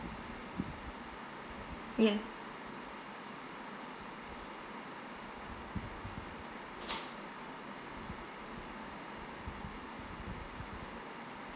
yes